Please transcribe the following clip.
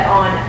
on